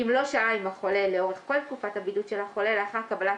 אם לא שהה עם החולה לאורך כל תקופת הבידוד של החולה לאחר קבלת